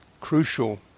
crucial